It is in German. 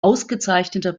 ausgezeichneter